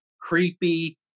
creepy